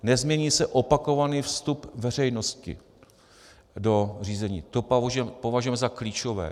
Nezmění se opakovaný vstup veřejnosti do řízení, to považujeme za klíčové.